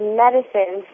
medicine